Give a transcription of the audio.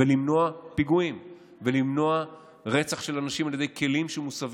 ולמנוע פיגועים ולמנוע רצח של אנשים על ידי כלים שמוסבים.